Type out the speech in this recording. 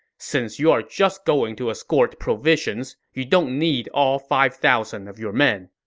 since you're just going to escort provisions, you don't need all five thousand of your men.